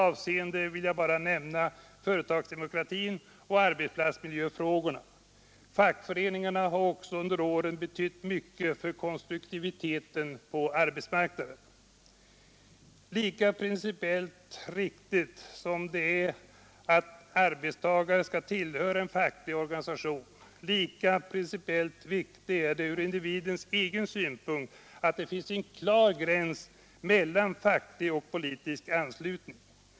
avseende vill jag bara nämna företagsdemokra frågorna. Fackföreningarna har också genom åren betytt mycket för konstruktiviteten på arbetsmarknaden. Lika principiellt riktigt som det är att arbetstagare skall tillhöra en facklig organisation lika viktigt är det icke minst ur individens egen synpunkt att det finns en klar gräns mellan facklig och politisk anslutning.